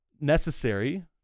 necessary